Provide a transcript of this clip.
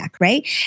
Right